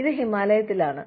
ഇത് ഹിമാലയത്തിലാണ്